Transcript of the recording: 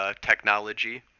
technology